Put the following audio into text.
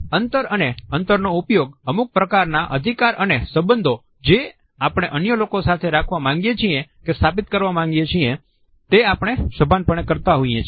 અંતર અને અંતરનો ઉપયોગ અમુક પ્રકારના અધિકાર અને સંબંધો જે આપણે અન્ય લોકો સાથે રાખવા માંગીએ છીએ કે સ્થાપિત કરવા માંગીએ છીએ તે આપણે સભાનપણે કરતા હોઈએ છીએ